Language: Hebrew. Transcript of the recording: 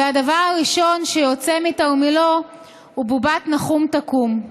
והדבר הראשון שיוצא מתרמילו הוא בובת נחום-תקום.